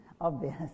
obvious